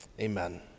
Amen